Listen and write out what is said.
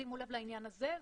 שימו לב לעניין הזה.